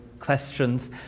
questions